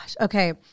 Okay